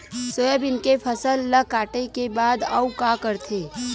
Soybean के फसल ल काटे के बाद आऊ का करथे?